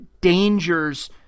dangers